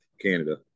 Canada